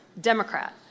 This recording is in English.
Democrat